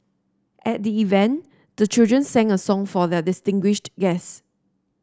at the event the children sang a song for their distinguished guest